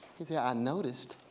he said, i noticed